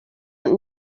und